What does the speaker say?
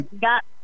got